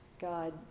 God